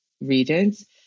regions